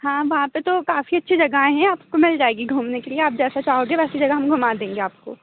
हाँ वहाँ पे तो काफ़ी अच्छा जगाएँ हें आपको मिल जाएगी घूमने के लिए आप जैसा चाहोगे वैसी जगह हम घुमा देंगे आपको